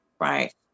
Right